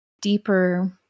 deeper